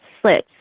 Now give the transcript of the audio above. slits